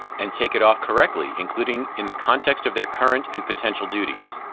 and take it off correctly, including in the context of their current and potential duties.